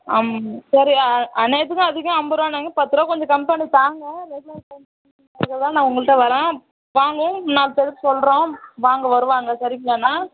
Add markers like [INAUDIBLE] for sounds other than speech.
ஆமாங்கணா சரி ஆ அநியாயத்துக்கும் அதிகம் ஐம்பதுருவான்னாங்க பத்துரூவா கொஞ்சம் கம் பண்ணி தாங்க [UNINTELLIGIBLE] தான் நான் உங்கள்கிட்ட வரேன் வாங்க நான் [UNINTELLIGIBLE] சொல்கிறோம் வாங்க வருவாங்க சரிங்களாண்ணா